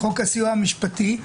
חוק הסיוע המשפטי.